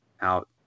out